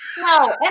No